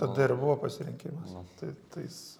tada ir buvo pasirinkimas tai tais